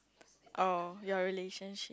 oh your relationship